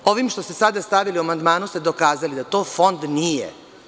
Ovim što ste sada stavili u amandmanu ste dokazali da to fond nije.